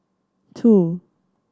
two